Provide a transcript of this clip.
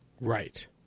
Right